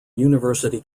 university